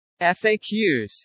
FAQs